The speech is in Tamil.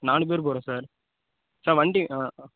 நாலு பேர் போகிறோம் சார் சார் வண்டி